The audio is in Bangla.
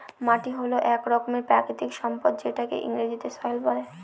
মাটি হল এক রকমের প্রাকৃতিক সম্পদ যেটাকে ইংরেজিতে সয়েল বলে